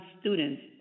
students